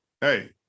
hey